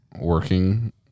working